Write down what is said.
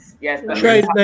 Yes